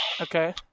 Okay